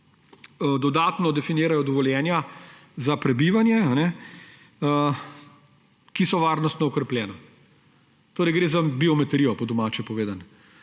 dodatno definirajo dovoljenja za prebivanje, ki so varnostno okrepljena. Torej gre za biometrijo po domače povedano.